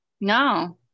no